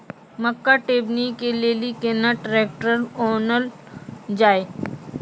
मक्का टेबनी के लेली केना ट्रैक्टर ओनल जाय?